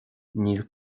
níl